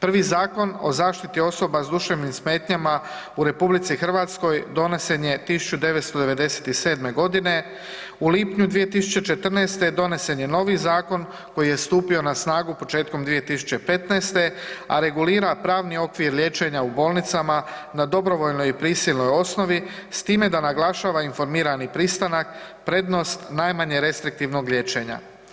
Prvi Zakon o zaštiti osoba s duševnim smetnjama u RH donesen je 1997. godine u lipnju 2014. je donesen novi zakon koji je stupio na snagu početkom 2015., a regulira pravni okvir liječenja u bolnicama na dobrovoljnoj i prisilnoj osnovni s time da naglašava informirani pristanak, prednost najmanje restriktivnog liječenja.